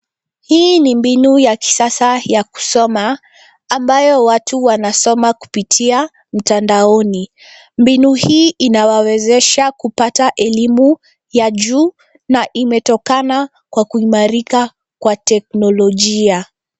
Hii ni mbinu ya kisasa ya kusoma ambayo watu wanasoma kupitia mtandaoni. Mbinu hii inawaweezesha kupata elimu ya juu na imetokana kwa kuimarika kwa teknolojia.